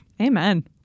Amen